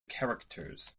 characters